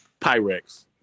Pyrex